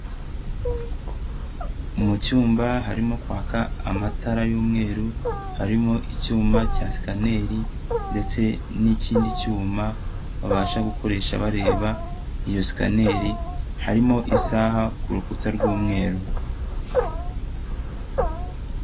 Mu cyumba harimo kwaka amatara y'umweru, harimo icyuma cya sikaneri ndetse n'ikindi cyuma babasha gukoresha bareba iyo sikaneri, harimo isaha ku rukuta rw'umweru.